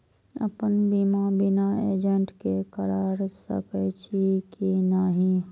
अपन बीमा बिना एजेंट के करार सकेछी कि नहिं?